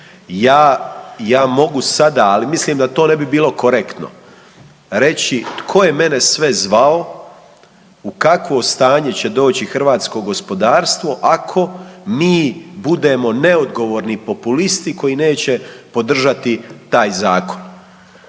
Ja mogu sada, ali mislim da to ne bi bilo korektno reći tko je mene sve zvao u kakvo stanje će doći hrvatsko gospodarstvo ako mi budemo neodgovorni populisti koji neće podržati taj zakon.